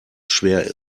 schwer